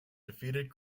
defeated